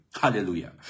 Hallelujah